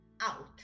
out